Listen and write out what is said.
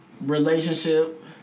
relationship